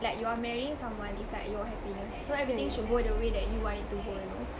like you're marrying someone is like your happiness so everything should go the way that you want it to go you know